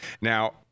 Now